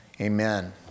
amen